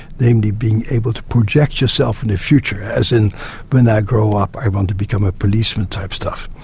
namely being able to project yourself in the future, as in when i grow up i want to become a policeman type stuff.